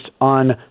on